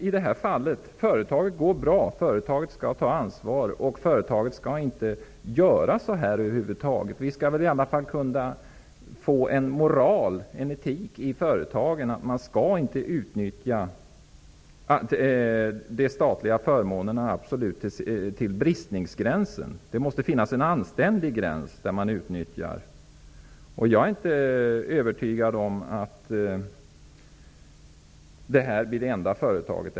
I det här fallet, när företaget går bra, skall företaget ta ansvar och inte göra så här över huvud taget. Vi måste väl kunna få till stånd en moral, en etik i företagen, som innebär att man inte skall utnyttja de statliga förmånerna till bristningsgränsen. Det måste finnas en anständig gräns för utnyttjandet. Jag är inte övertygad om att detta är det enda företaget.